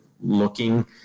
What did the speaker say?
looking